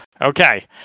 Okay